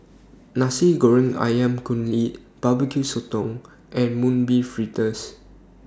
Nasi Goreng Ayam Kunyit Barbecue Sotong and Mung Bean Fritters